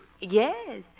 Yes